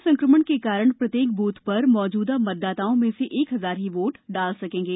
corona संकमण के कारण प्रत्येक बूथ पर मौजूदा मतदाताओं में से एक हजार ही वोट डाल सकेंगे